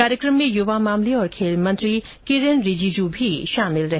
कार्यक्रम में युवा मामले और खेल मंत्री किरेन रिजीजू भी शामिल रहे